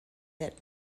that